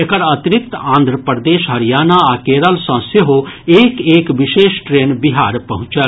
एकर अतिरिक्त आन्ध्र प्रदेश हरियाणा आ केरल सँ सेहो एक एक विशेष ट्रेन बिहार पहुंचल